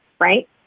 right